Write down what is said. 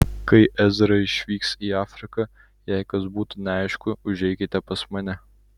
kai ezra išvyks į afriką jei kas būtų neaišku užeikite pas mane